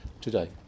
today